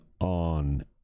on